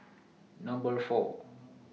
Number four